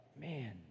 man